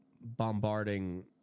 bombarding